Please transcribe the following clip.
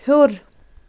ہیوٚر